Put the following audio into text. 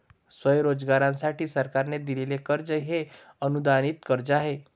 स्वयंरोजगारासाठी सरकारने दिलेले कर्ज हे अनुदानित कर्ज आहे